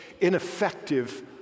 ineffective